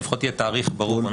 לפחות זה יהיה תאריך ברור.